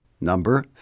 Number